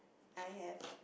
I have